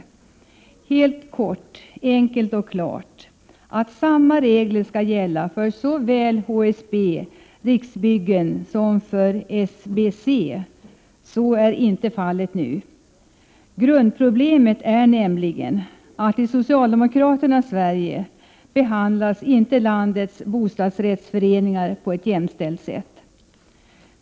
Vi vill, helt kort, enkelt och klart, att samma regler skall gälla för såväl HSB och Riksbyggen som för SBC. Så är inte fallet nu. Grundproblemet är nämligen att i socialdemokraternas Sverige behandlas inte landets bostadsrättsföreningar på ett jämställt sätt.